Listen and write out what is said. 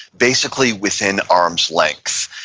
basically within arm's length.